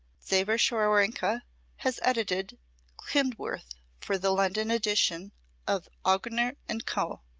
xaver scharwenka has edited klindworth for the london edition of augener and co.